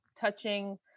touching